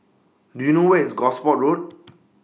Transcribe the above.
Do YOU know Where IS Gosport Road